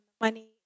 money